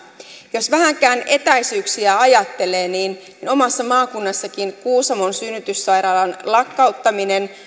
jos vähänkään etäisyyksiä ajattelee niin niin omassa maakunnassakin kuusamon synnytyssairaalan lakkauttaminen